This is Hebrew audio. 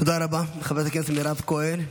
תודה רבה לחברת הכנסת מירב כהן.